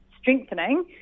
strengthening